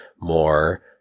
more